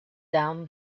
down